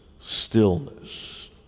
stillness